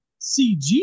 cg